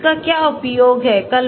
तो इसका क्या उपयोग है